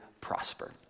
prosper